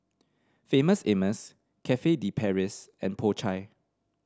Famous Amos Cafe De Paris and Po Chai